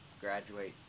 graduate